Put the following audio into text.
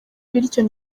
bityo